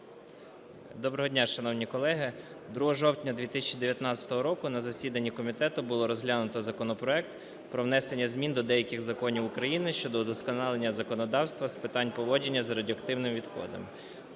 Доброго дня шановні колеги! 2 жовтня 2019 року на засіданні комітету було розглянуто законопроект про внесення змін до деяких законів України щодо удосконалення законодавства з питань поводження з радіоактивними відходами.